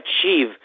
achieve